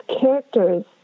characters